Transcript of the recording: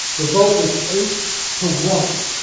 the vote was eight to one